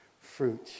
fruit